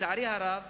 לצערי הרב,